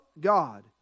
God